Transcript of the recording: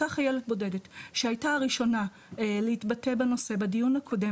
אותה חיילת בודדת שהייתה הראשונה להתבטא בנושא בדיון הקודם,